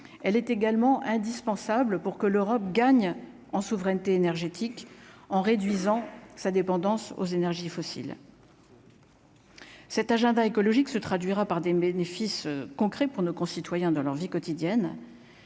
elle est également indispensable pour que l'Europe gagne en souveraineté énergétique en réduisant sa dépendance aux énergies fossiles. Cet agenda écologique se traduira par des bénéfices concrets pour nos concitoyens dans leur vie quotidienne.